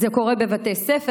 זה קורה בבתי ספר,